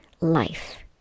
life